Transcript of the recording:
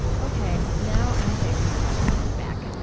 ok, now i'm taking the microphone back.